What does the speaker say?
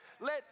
Let